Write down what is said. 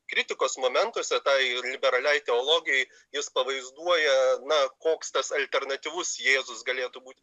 kritikos momentuose tai liberaliai teologijai jis pavaizduoja na koks tas alternatyvus jėzus galėtų būti